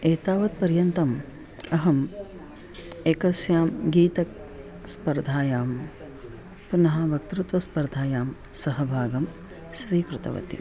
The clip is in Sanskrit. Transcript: एतावत्पर्यन्तम् अहम् एकस्यां गीतस्पर्धायां पुनः वक्तृत्वस्पर्धायां सहभागं स्वीकृतवती